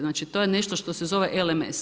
Znači, to je nešto što se zove LMS,